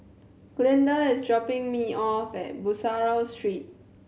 Glinda is dropping me off at Bussorah Street